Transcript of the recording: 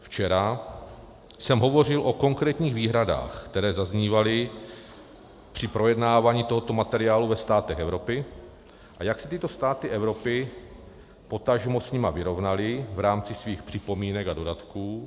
Včera jsem hovořil o konkrétních výhradách, které zaznívaly při projednávání tohoto materiálu ve státech Evropy, a jak se tyto státy Evropy potažmo s nimi vyrovnaly v rámci svých připomínek a dodatků.